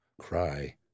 cry